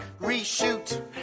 reshoot